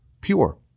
pure